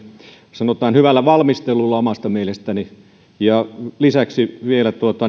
sanotaan hyvällä valmistelulla omasta mielestäni lisäksi vielä